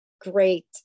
great